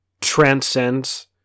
transcends